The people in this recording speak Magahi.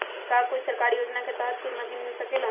का कोई सरकारी योजना के तहत कोई मशीन मिल सकेला?